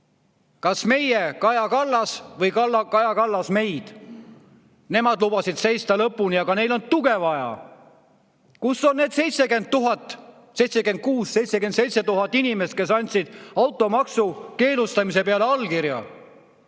"Kas meie Kaja Kallast või Kaja Kallas meid!" Nad lubasid seista lõpuni, aga neil on tuge vaja. Kus on need 76 000 – 77 000 inimest, kes andsid automaksu keelustamise poolt allkirja?